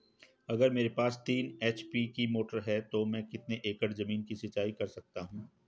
अगर मेरे पास तीन एच.पी की मोटर है तो मैं कितने एकड़ ज़मीन की सिंचाई कर सकता हूँ?